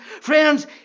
Friends